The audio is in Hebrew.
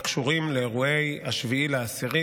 הקשורים לאירועי 7 באוקטובר,